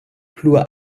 plua